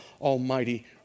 almighty